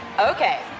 Okay